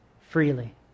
freely